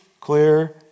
clear